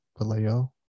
paleo